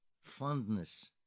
fondness